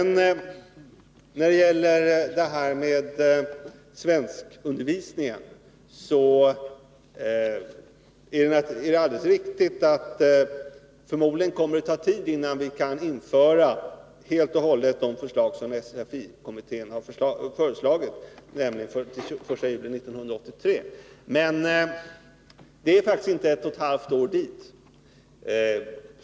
När det gäller förslaget om svenskundervisning är det alldeles riktigt att det förmodligen kommer att ta tid innan vi helt och hållet kan genomföra SFI-kommitténs förslag — det blir först den 1 juli 1983. Men det är faktiskt inte ett och ett halvt år dit.